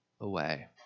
away